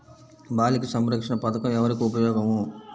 బాలిక సంరక్షణ పథకం ఎవరికి ఉపయోగము?